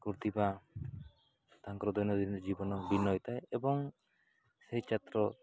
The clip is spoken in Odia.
କୃତି ବା ତାଙ୍କର ଦୈନନ୍ଦିନ ଜୀବନ ଭିନ୍ନ ହୋଇଥାଏ ଏବଂ ସେଇ ଛାତ୍ର